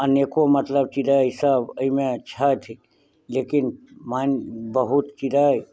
अनेको मतलब चिड़ै सब एहिमे छथि लेकिन मैना बहुत चिड़ै